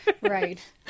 Right